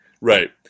Right